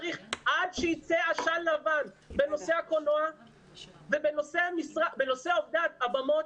לשבת כמה שצריך עד שיצא עשן לבן בנושא הקולנוע ובנושא עובדי הבמות